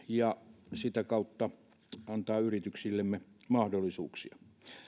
ja sitä kautta antavat yrityksillemme mahdollisuuksia